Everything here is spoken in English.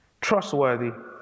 trustworthy